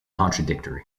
contradictory